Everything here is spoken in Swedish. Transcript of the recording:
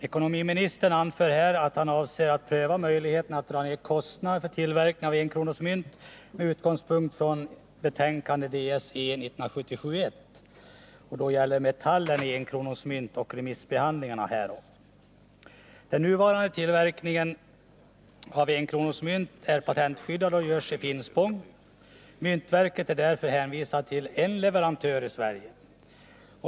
Ekonomiministern anför att han avser att pröva möjligheterna att dra ner kostnaderna för tillverkningen av enkronemyntet, med utgångspunkt i betänkandet Metallen i enkronemyntet och remissbehandlingen därav. Den nuvarande tillverkningen av enkronemyntet är patentskyddad och sker i Finspång. Myntverket är därför hänvisat till en leverantör i Sverige.